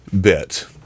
bit